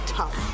tough